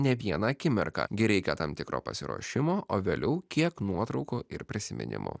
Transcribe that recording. ne vieną akimirką gi reikia tam tikro pasiruošimo o vėliau kiek nuotraukų ir prisiminimų